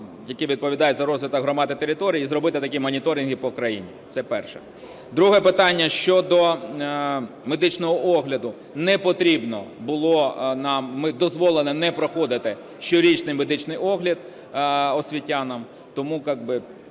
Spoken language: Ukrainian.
яке відповідає за розвиток громад і територій, і зробити такі моніторинги по країні. Це перше. Друге питання щодо медичного огляду. Не потрібно було, ми дозволили не проходити щорічний медичний огляд освітянам. Тому як би